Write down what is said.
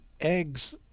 eggs